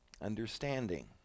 Understanding